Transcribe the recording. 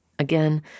Again